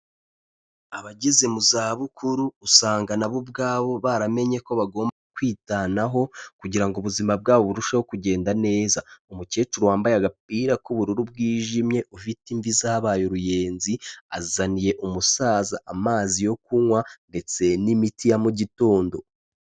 Abageze mu za bukuru usanga na bo ubwabo baramenye ko bagomba kwitanaho kugira ngo ubuzima bwabo burusheho kugenda neza. Umukecuru wambaye agapira k'ubururu bwijimye ufite imvi zabaye uruyenzi, azaniye umusaza amazi yo kunywa ndetse n'imiti ya mu gitondo.